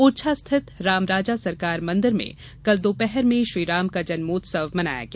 ओरछा स्थित रामराजा सरकार मंदिर में कल दोपहर में श्रीराम का जन्मोत्सव मनाया गया